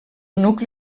nucli